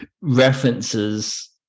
references